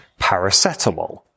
Paracetamol